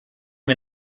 wir